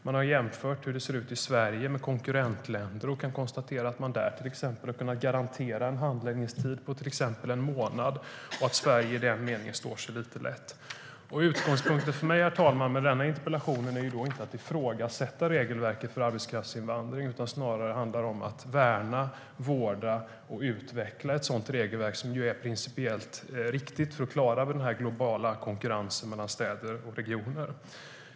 Man har jämfört hur det ser ut i Sverige med konkurrentländer och har kunnat konstatera att man där till exempel har kunnat garantera en handläggningstid på en månad och att Sverige i den meningen står sig lite slätt. Utgångspunkten för mig med denna interpellation, herr talman, är inte att ifrågasätta regelverket för arbetskraftsinvandring utan snarare att värna, vårda och utveckla ett sådant regelverk, som är principiellt riktigt för att klara den globala konkurrensen mellan städer och regioner.